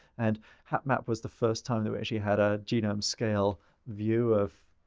and hapmap was the first time that we actually had a genome scale view of